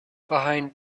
behind